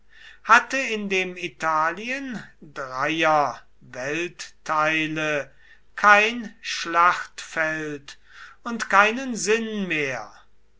hatte in dem italien dreier weltteile kein schlachtfeld und keinen sinn mehr